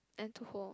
and to hold